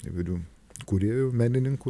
įvairių kūrėjų menininkų